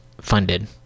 funded